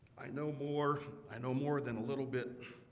i know more i know more than a little bit